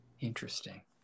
interesting